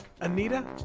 Anita